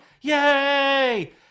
Yay